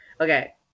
Okay